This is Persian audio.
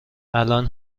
الان